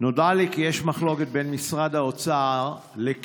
נודע לי כי יש מחלוקת בין משרד האוצר לכיל,